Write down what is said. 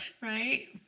Right